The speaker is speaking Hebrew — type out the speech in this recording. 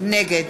נגד